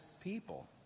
people